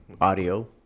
audio